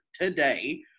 today